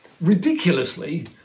ridiculously